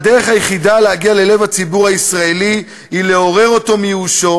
הדרך היחידה להגיע ללב הציבור הישראלי היא לעורר אותו מייאושו